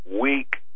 weak